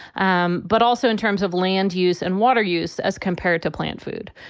um but also in terms of land use and water use as compared to plant food.